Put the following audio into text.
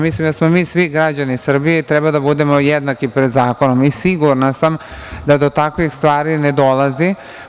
Mislim da smo mi svi građani Srbije i treba da budemo jednaki pred zakonom i sigurna sam da to takvih stari ne dolazi.